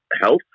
health